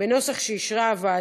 בנוסח שאישרה הוועדה.